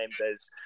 members